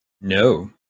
No